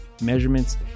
measurements